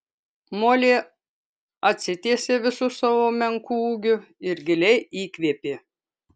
molė atsitiesė visu savo menku ūgiu ir giliai įkvėpė